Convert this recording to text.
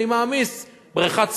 אני מעמיס בריכת שחייה,